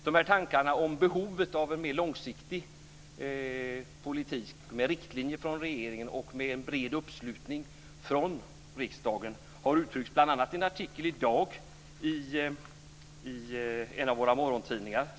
Dessa tankar om behovet av en mer långsiktig politik med riktlinjer från regeringen och med en bred uppslutning från riksdagen har uttryckts bl.a. i en artikel i dag i Svenska Dagbladet, en av våra morgontidningar.